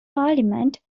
parliament